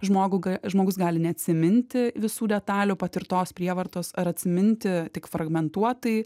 žmogų g žmogus gali neatsiminti visų detalių patirtos prievartos ar atsiminti tik fragmentuotai